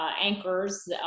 anchors